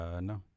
No